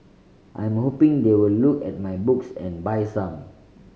I'm hoping they will look at my books and buy some